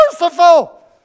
merciful